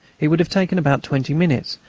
it would have taken about twenty minutes,